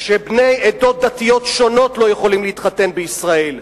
כשבני עדות דתיות שונות לא יכולים להתחתן בישראל,